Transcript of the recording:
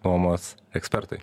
nuomos ekspertai